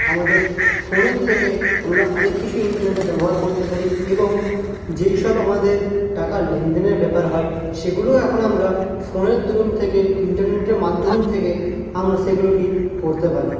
আমাদের ফোনের থেকে আমরা অনেক কিছুই ইন্টারনেটে ব্যবহার করতে পারি এবং যেই সব আমাদের টাকা লেনদেনের ব্যাপার হয় সেগুলোও এখন আমরা ফোনের দরুন থেকে ইন্টারনেটের মাধ্যম থেকে আমরা সেগুলোকে করতে পারি